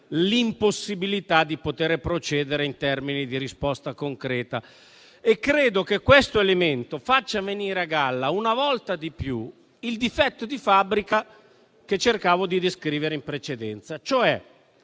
l'impossibilità di poter procedere in termini di risposta concreta. Credo che questo elemento faccia venire a galla una volta di più il difetto di fabbrica che cercavo di descrivere in precedenza: non